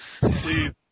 Please